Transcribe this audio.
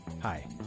Hi